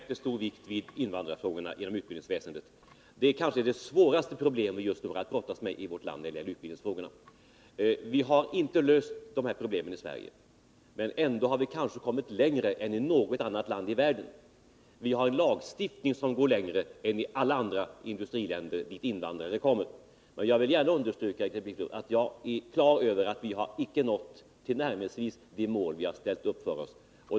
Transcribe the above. Herr talman! Får jag bara i största korthet säga att vi i utbildningsutskottet fäster en utomordentligt stor vikt vid invandrarfrågor inom utbildningsväsendet. Det är kanske de svåraste problem vi har att brottas med i vårt land när det gäller utbildningsfrågorna. Vi har inte löst de här problemen i Sverige, men vi har ändå kommit längre än man har gjort i något annat land i världen. Vi har en lagstiftning som går längre än i alla andra industriländer dit invandrare kommer. Jag vill gärna understryka att jag är på det klara med att vi icke tillnärmelsevis har nått de mål som vi har ställt upp för oss.